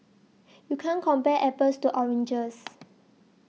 you can't compare apples to oranges